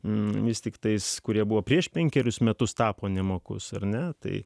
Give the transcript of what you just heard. mis tik tais kurie buvo prieš penkerius metus tapo nemokus ar ne tai